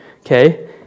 Okay